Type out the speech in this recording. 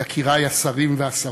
יקירי השרים והשרות,